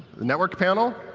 network panel?